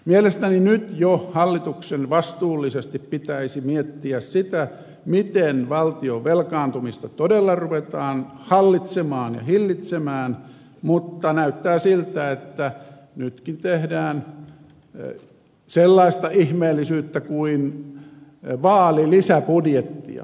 mielestäni nyt jo hallituksen vastuullisesti pitäisi miettiä sitä miten valtion velkaantumista todella ruvetaan hallitsemaan ja hillitsemään mutta näyttää siltä että nytkin tehdään sellaista ihmeellisyyttä kuin vaalilisäbudjettia